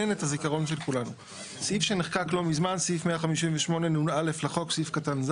ההשבחה לפי שומת הוועדה המקומית להיטל ההשבחה לפי שומת מוסד